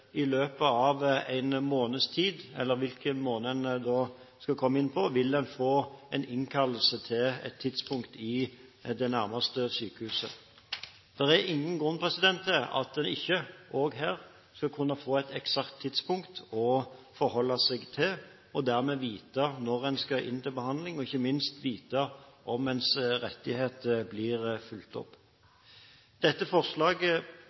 i løpet av en måneds tid, eller den måneden de skal komme inn, vil få en innkallelse til et tidspunkt på det nærmeste sykehuset. Det er ingen grunn til at en ikke også her skal kunne få et eksakt tidspunkt å forholde seg til og dermed vite når en skal inn til behandling, og ikke minst vite om ens rettighet blir fulgt opp. Dette forslaget